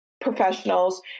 professionals